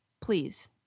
Please